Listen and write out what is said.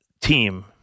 team